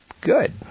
good